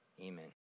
Amen